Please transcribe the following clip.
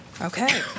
okay